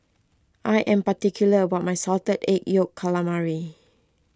I am particular about my Salted Egg Yolk Calamari